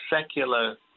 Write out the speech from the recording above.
secular